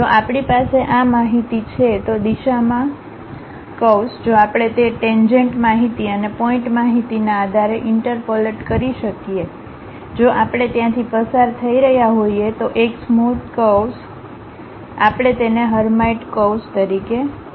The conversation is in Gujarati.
જો આપણી પાસે આ માહિતી છે તો દિશામાં કર્વ્સ જો આપણે તે ટેન્જેન્ટ માહિતી અને પોઈન્ટ માહિતીના આધારે ઈન્ટરપોલટ કરી શકીએ જો આપણે ત્યાંથી પસાર થઈ રહ્યા હોઈએ તો એક સ્મોધ કર્વ્સ આપણે તેને હર્માઇટ કર્વ્સ તરીકે કહીએ છીએ